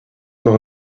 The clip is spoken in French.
soit